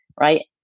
right